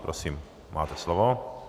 Prosím máte slovo.